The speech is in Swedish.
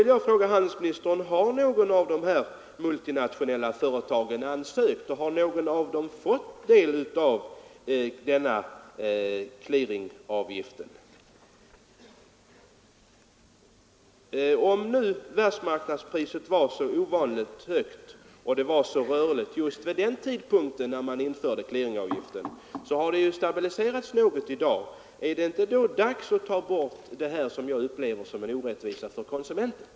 Jag vill fråga handelsministern: Har något av de multinationella företagen ansökt om clearingavgift och har något av dem fått sådant bidrag? Även om världsmarknadspriserna var ovanligt höga och rörliga just vid den tidpunkt när man införde clearingavgiften, har de ändå stabiliserats något i dag. Är det då inte dags att ta bort denna avgift, som jag upplever som orättvis för konsumenterna?